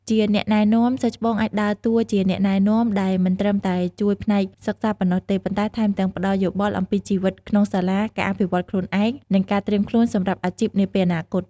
ជាអ្នកណែនាំ សិស្សច្បងអាចដើរតួជាអ្នកណែនាំ ដែលមិនត្រឹមតែជួយផ្នែកសិក្សាប៉ុណ្ណោះទេ ប៉ុន្តែថែមទាំងផ្តល់យោបល់អំពីជីវិតក្នុងសាលា ការអភិវឌ្ឍខ្លួនឯង និងការត្រៀមខ្លួនសម្រាប់អាជីពនាពេលអនាគត។